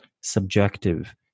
subjective